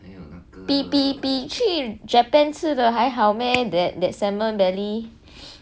比比比去 japan 吃的还好咩 that that salmon belly